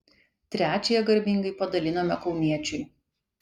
trečiąją garbingai padalinome kauniečiui